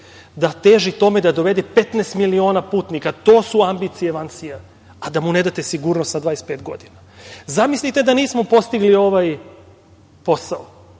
da teži tome da dovede 15 miliona putnika. To su ambicije VANSI- ja, a da mu ne date sigurnost na 25 godina. Zamislite da nismo postigli ovaj posao,